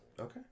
Okay